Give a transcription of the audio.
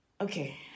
okay